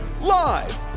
Live